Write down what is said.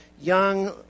young